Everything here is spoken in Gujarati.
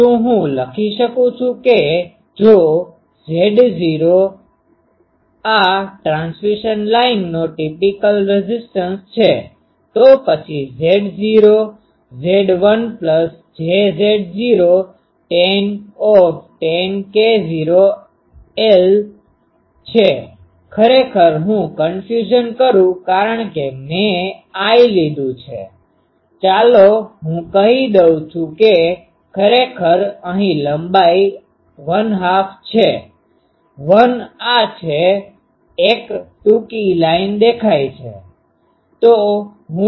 શું હું લખી શકું છું કે જો Z0 આ ટ્રાન્સમિશન લાઇનનો ટીપીકલ રેઝીસ્ટન્સ છે તો પછી Z0Z1jZ0tan k0l Zl plus j Z0 tan K0 l છે ખરેખર હું કન્ફયુઝન કરું કારણ કે મેં l લીધું છે ચાલો હું કહી દઉં કે ખરેખર અહીં લંબાઈ l2 છે l આ છે એક ટૂંકી લાઈન દેકાય છે